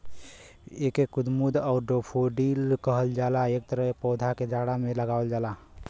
एके कुमुद आउर डैफोडिल कहल जाला एकर पौधा के जाड़ा में लगावल जाला